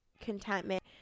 contentment